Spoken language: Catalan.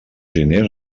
diners